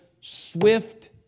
swift